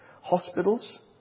hospitals